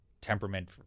temperament